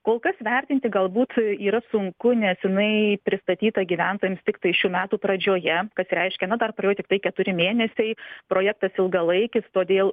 kol kas vertinti galbūt yra sunku nes jinai pristatyta gyventojams tiktai šių metų pradžioje kas reiškia na dar praėjo tiktai keturi mėnesiai projektas ilgalaikis todėl